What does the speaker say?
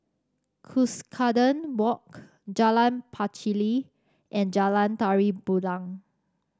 Cuscaden Walk Jalan Pacheli and Jalan Tari